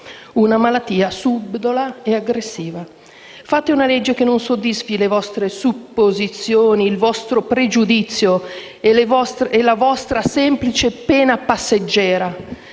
una malattia subdola e aggressiva. Fate una legge che non soddisfi le vostre supposizioni, il vostro pregiudizio e la vostra semplice pena passeggera.